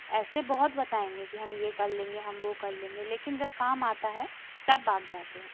ऐसे बहुत बताएंगे कि हम ये कर लेंगे हम वो कर लेंगे लेकिन जब काम आता है तब भाग जाते हैं